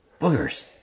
Boogers